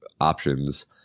options